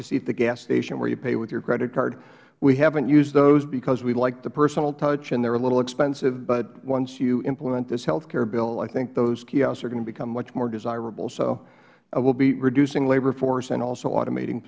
you see at the gas station where you pay with your credit card we haven't used those because we like the personal touch and they are a little expensive but once you implement this health care bill i think those kiosks are going to become much more desirable so i will be reducing labor force and also automating